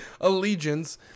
allegiance